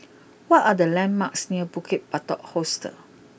what are the landmarks near Bukit Batok Hostel